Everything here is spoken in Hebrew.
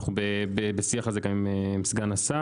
אנו בשיח על זה גם עם סגן השר.